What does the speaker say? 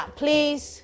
please